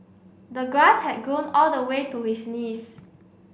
the grass had grown all the way to his knees